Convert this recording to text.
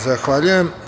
Zahvaljujem.